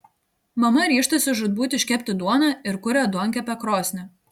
mama ryžtasi žūtbūt iškepti duoną ir kuria duonkepę krosnį